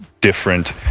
different